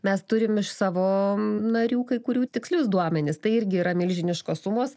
mes turim iš savo narių kai kurių tikslius duomenis tai irgi yra milžiniškos sumos